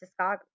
discography